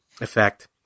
effect